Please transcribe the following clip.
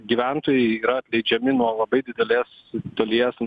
gyventojai yra atleidžiami nuo labai didelės dalies